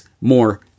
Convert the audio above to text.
more